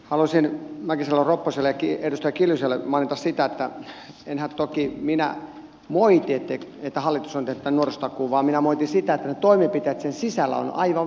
haluaisin mäkisalo ropposelle ja edustaja kiljuselle mainita sitä että enhän toki minä moiti sitä että hallitus on tehnyt tämän nuorisotakuun vaan minä moitin sitä että ne toimenpiteet sen sisällä ovat aivan väärät